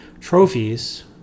trophies